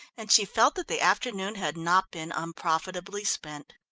and she felt that the afternoon had not been unprofitably spent.